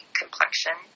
complexion